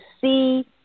see